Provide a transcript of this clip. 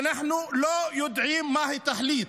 ואנחנו לא יודעים מה היא תחליט.